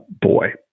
boy